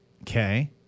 Okay